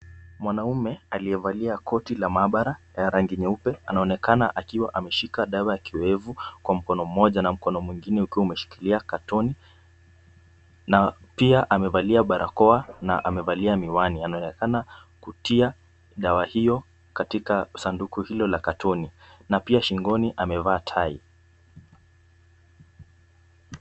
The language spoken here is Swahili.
Mwanaume aliyevalia koti la maabara ya rangi nyeupe anaonekana akiwa ameshika dawa ya kiwevu kwa mkono mmoja na mkono mwingine ukiwa umeshikilia katoni. Na pia amevalia barakoa na amevalia miwani ana onekana kutia dawa hiyo katika sanduku hilo la katoni. Na pia shingoni amevaa tie.